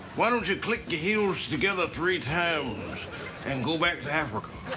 why don't you click your heels together three times and go back to africa?